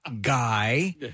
guy